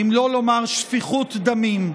שלא לומר שפיכות דמים,